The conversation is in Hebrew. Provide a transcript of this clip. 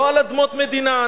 לא על אדמות מדינה.